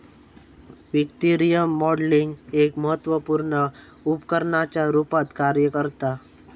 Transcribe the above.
वित्तीय मॉडलिंग एक महत्त्वपुर्ण उपकरणाच्या रुपात कार्य करता